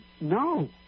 No